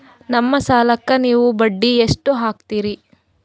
ನಮ್ಮ ಸಾಲಕ್ಕ ನೀವು ಬಡ್ಡಿ ಎಷ್ಟು ಹಾಕ್ತಿರಿ?